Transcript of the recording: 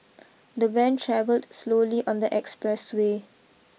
the van travelled slowly on the express way